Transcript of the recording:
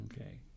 Okay